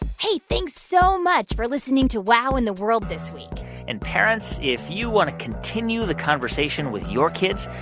hey, thanks so much for listening to wow in the world this week and, parents, if you want to continue the conversation with your kids,